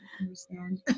understand